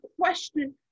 question